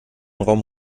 raum